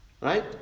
Right